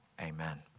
Amen